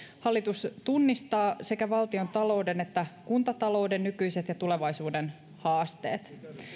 hallitus tunnistaa sekä valtiontalouden että kuntatalouden nykyiset ja tulevaisuuden haasteet